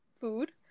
food